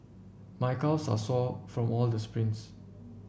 my calves are sore from all the sprints